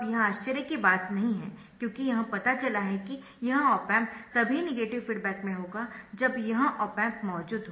अब यह आश्चर्य की बात नहीं है क्योंकि यह पता चला है कि यह ऑप एम्प तभी नेगेटिव फीडबैक में होगा जब यह ऑप एम्प मौजूद होगा